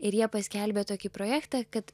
ir jie paskelbė tokį projektą kad